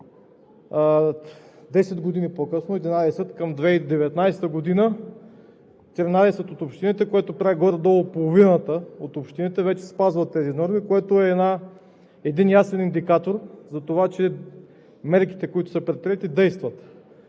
години по-късно – през 2019 г., са 13 общини. Тоест горе-долу половината от общините вече спазват тези норми, което е ясен индикатор за това, че мерките, които са предприети, действат.